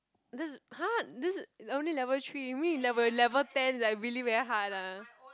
that's !huh! this is only level three you mean in level level ten like really very hard lah